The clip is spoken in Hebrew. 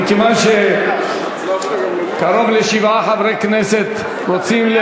כיוון שקרוב לשבעה חברי כנסת רוצים,